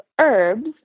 herbs